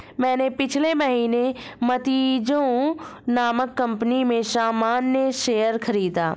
मैंने पिछले महीने मजीतो नामक कंपनी में सामान्य शेयर खरीदा